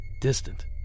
distant